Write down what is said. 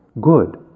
good